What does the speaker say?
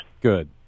Good